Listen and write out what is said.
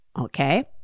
Okay